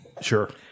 Sure